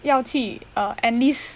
要去 uh at least